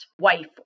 wife